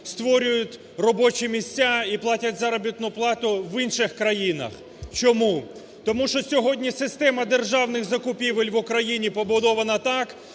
створюють робочі місця і платять заробітну плату в інших країнах. Чому? Тому що сьогодні система державних закупівель побудована так,